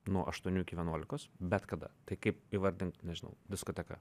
nuo aštuonių iki vienuolikos bet kada tai kaip įvardint nežinau diskoteka